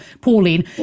Pauline